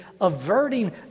averting